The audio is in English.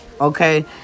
okay